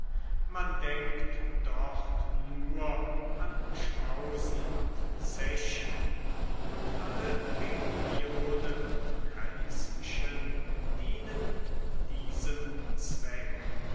man denkt dort nur an schmausen und zechen und alle reunionen und kränzchen dienen diesem zweck